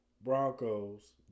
Broncos